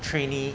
trainee